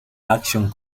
action